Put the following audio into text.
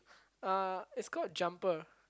uh it's called Jumper